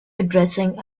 addressing